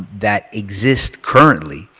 that exist currently